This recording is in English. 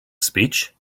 speech